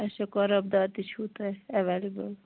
اَچھا قۄراب دار تہِ چھُوٕ تۄہہِ ایویلیبٕل